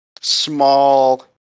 small